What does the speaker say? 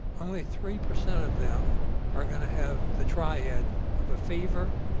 only three percent of them are going to have the triad of a fever,